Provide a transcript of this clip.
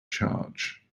charge